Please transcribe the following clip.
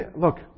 look